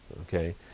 Okay